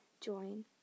join